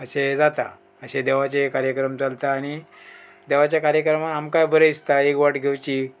अशें जाता अशें देवाचें कार्यक्रम चलता आनी देवाच्या कार्यक्रम आमकांय बरें दिसता एक वट घेवची